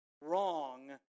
wrong